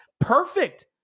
perfect